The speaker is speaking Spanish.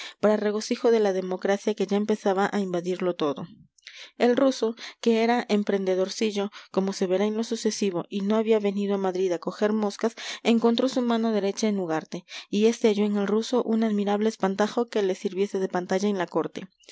para regocijo de la democracia que ya empezaba a invadirlo todo el ruso que era emprendedorcillo como se verá en lo sucesivo y no había venido a madrid a coger moscas encontró su mano derecha en ugarte y este halló en el ruso un admirable espantajo que le sirviese de pantalla en la corte